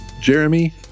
Jeremy